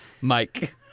Mike